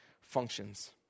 functions